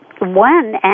one